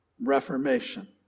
reformation